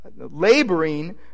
Laboring